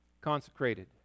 Consecrated